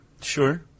Sure